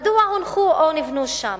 מדוע הונחו או נבנו שם?